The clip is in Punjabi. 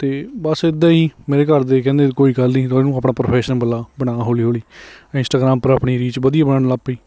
ਅਤੇ ਬਸ ਇੱਦਾਂ ਹੀ ਮੇਰੇ ਘਰ ਦੇ ਕਹਿੰਦੇ ਕੋਈ ਗੱਲ ਨਹੀਂ ਤੂੰ ਇਹਨੂੰ ਆਪਣਾ ਪ੍ਰੋਫੈਸ਼ਨ ਬੁਲਾ ਬਣਾ ਹੌਲੀ ਹੌਲੀ ਮੈਂ ਇੰਸਟਾਗਰਾਮ ਪਰ ਆਪਣੀ ਰੀਚ ਵਧੀਆ ਬਣਨ ਲੱਗ ਪਈ